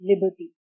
liberty